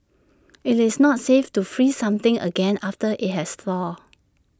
IT is not safe to freeze something again after IT has thawed